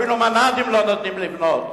אפילו ממ"דים לא נותנים לבנות.